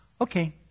Okay